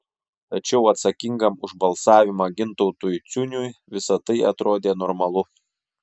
tačiau atsakingam už balsavimą gintautui ciuniui visa tai atrodė normalu